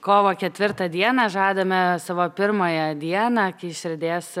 kovo ketvirtą dieną žadame savo pirmąją dieną kai išriedės